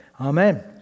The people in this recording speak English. Amen